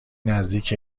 نزدیک